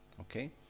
Okay